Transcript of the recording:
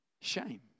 shame